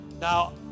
Now